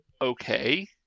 okay